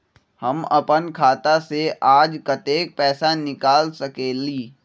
हम अपन खाता से आज कतेक पैसा निकाल सकेली?